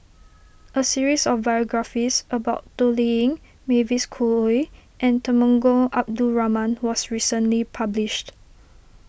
a series of biographies about Toh Liying Mavis Khoo Oei and Temenggong Abdul Rahman was recently published